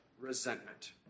resentment